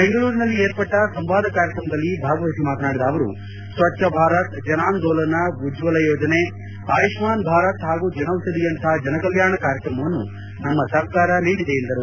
ಬೆಂಗಳೂರಿನಲ್ಲಿ ಏರ್ಪಟ್ಟ ಸಂವಾದ ಕಾರ್ಯಕ್ರಮದಲ್ಲಿ ಭಾಗವಹಿಸಿ ಮಾತನಾಡಿದ ಅವರು ಸ್ವಚ್ಛ ಭಾರತ್ ಜನಾಂದೋಲನ ಉಜ್ವಲ ಯೋಜನೆ ಆಯುಷ್ಮಾನ್ ಭಾರತ್ ಹಾಗೂ ಜನೌಷಧಿಯಂತಹ ಜನಕಲ್ಯಾಣ ಕಾರ್ಯಕ್ರಮವನ್ನು ನಮ್ಮ ಸರ್ಕಾರ ನೀಡಿದೆ ಎಂದರು